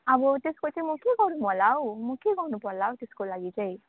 अब त्यसको चाहिँ म के गर्नु होला हौ म के गर्नु पर्ला हौ त्यसको लागि चाहिँ